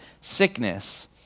sickness